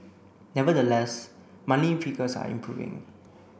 nevertheless monthly figures are improving